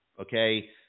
Okay